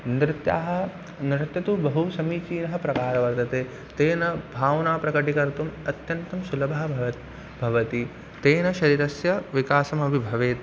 नृत्याः नृत्यं तु बहु समीचीनः प्रकारः वर्तते तेन भावना प्रकटिकर्तुम् अत्यन्तं सुलभः भवति भवति तेन शरीरस्य विकासमपि भवेत्